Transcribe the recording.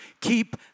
Keep